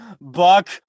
Buck